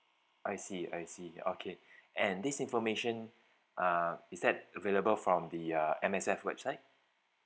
I see I see okay and this information uh is that available from the uh M_S_F website